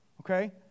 Okay